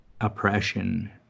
oppression